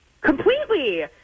Completely